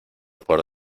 por